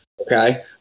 Okay